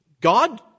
God